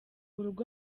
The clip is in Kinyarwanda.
urugo